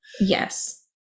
yes